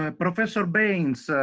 um professor baines